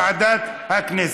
לוועדת הכנסת.